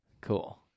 Cool